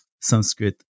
Sanskrit